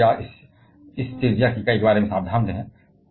इसलिए कृपया इस दायरे की इकाई के बारे में सावधान रहें